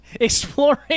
Exploring